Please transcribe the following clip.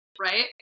right